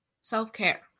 self-care